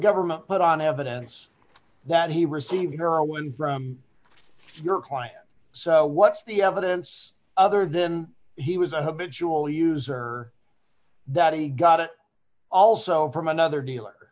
government put on evidence that he received heroin from your client so what's the evidence other than he was a habitual user that he got it also from another dealer